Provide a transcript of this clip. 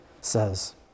says